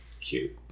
cute